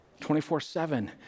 24-7